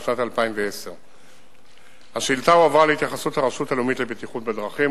שנת 2010. השאילתא הועברה להתייחסות הרשות הלאומית לבטיחות בדרכים,